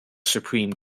supreme